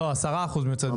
לא, עשרה אחוז מיוצרת בישראל.